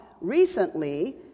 recently